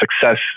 success